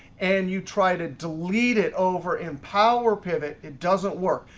and you try to delete it over in power pivot, it doesn't work.